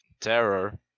terror